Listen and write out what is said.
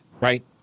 right